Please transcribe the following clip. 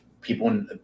People